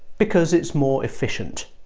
because it's more efficient.